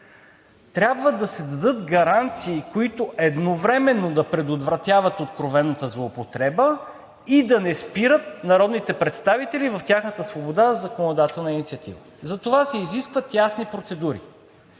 Трябва да се дадат гаранции, които едновременно да предотвратяват откровената злоупотреба и да не спират народните представители в тяхната свобода на законодателна инициатива. Затова се изискват ясни процедури.